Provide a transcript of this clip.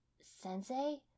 Sensei